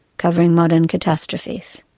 covering modern catastrophes.